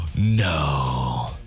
No